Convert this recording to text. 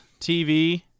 TV